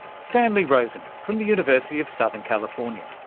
stanley rosen from the university of southern california.